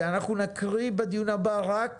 ואנחנו נקריא בדיון הבאה רק